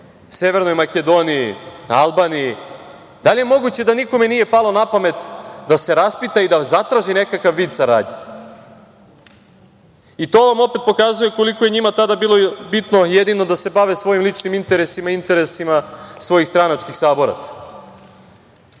severnoj Makedoniji, Albaniji, da li je moguće da nikome nije palo na pamet da se raspita i da zatraži nekakav vid saradnje? To vam opet pokazuje koliko je njima tada bilo bitno, jedino, da se bave svojim ličnim interesima i interesima svojih stranačkih saboraca.